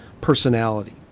personality